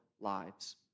lives